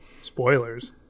Spoilers